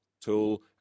tool